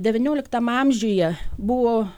devynioliktam amžiuje buvo